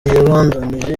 yabandanije